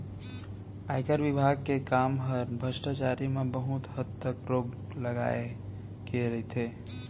आयकर विभाग के काम हर भस्टाचारी म बहुत हद तक रोक लगाए के रइथे